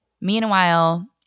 Meanwhile